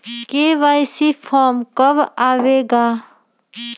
KYC form कब आए गा?